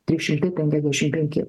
trys šimtai penkiasdešimt penki